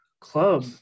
club